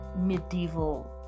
medieval